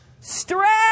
Stretch